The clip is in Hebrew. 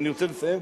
אני רוצה לסיים,